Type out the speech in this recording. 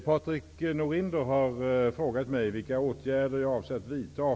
Herr talman!